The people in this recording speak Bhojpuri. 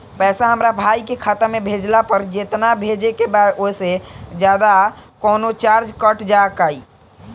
पैसा हमरा भाई के खाता मे भेजला पर जेतना भेजे के बा औसे जादे कौनोचार्ज कट जाई का?